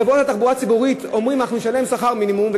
חברות התחבורה הציבורית אומרות: אנחנו נשלם שכר מינימום,